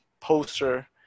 poster